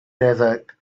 desert